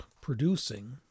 producing